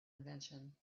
invention